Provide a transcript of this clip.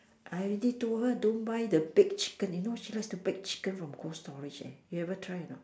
I already told her don't buy the bake chicken you know she likes the bake chicken from cold-storage eh you ever try not